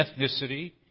ethnicity